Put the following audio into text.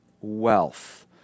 wealth